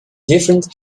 different